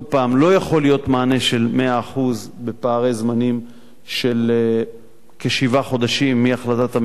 לא יכול להיות מענה של 100% בפערי זמנים של כשבעה חודשים מהחלטת הממשלה,